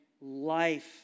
life